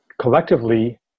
Collectively